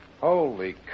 Holy